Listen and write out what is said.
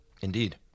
indeed